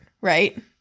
right